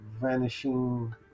vanishing